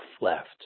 left